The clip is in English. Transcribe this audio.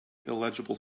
illegible